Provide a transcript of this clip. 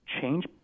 change